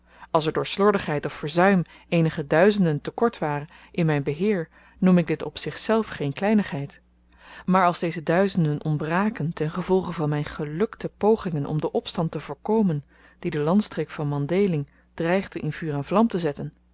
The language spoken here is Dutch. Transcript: als er door slordigheid of verzuim eenige duizenden te kort waren in myn beheer noem ik dit op zichzelf geen kleinigheid maar als deze duizenden ontbraken ten gevolge van myn gelukte pogingen om den opstand te voorkomen die de landstreek van mandhéling dreigde in vuur en vlam te zetten